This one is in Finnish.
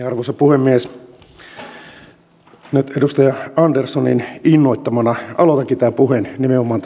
arvoisa puhemies edustaja anderssonin innoittamana aloitankin tämän puheen nimenomaan